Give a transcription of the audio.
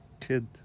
kid